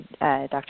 Dr